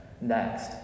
next